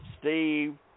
Steve